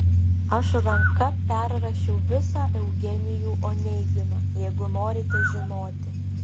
aš ranka perrašiau visą eugenijų oneginą jeigu norite žinoti